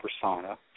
persona